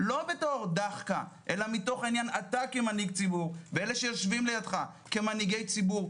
לא כדאחקה אלא אתה כמנהיג ציבור ואלה שיושבים לידך כמנהיגי ציבור,